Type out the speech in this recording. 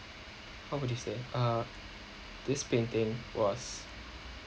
what would you say err this painting was